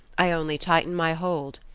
i only tighten my hold,